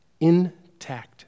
intact